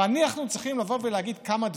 ואנחנו צריכים להגיד כמה דברים: